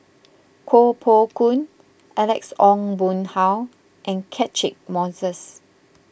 Koh Poh Koon Alex Ong Boon Hau and Catchick Moses